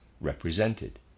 represented